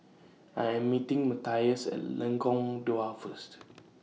I Am meeting Matias At Lengkong Dua First